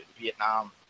Vietnam